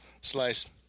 Slice